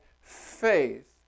faith